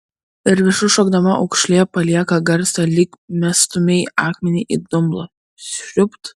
ir viršun šokdama aukšlė palieka garsą lyg mestumei akmenį į dumblą sriubt